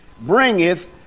bringeth